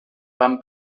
van